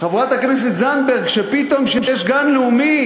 חברת הכנסת זנדברג, שפתאום כשיש גן לאומי